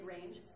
range